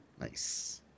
Nice